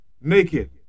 naked